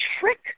trick